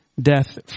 death